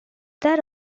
that